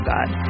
God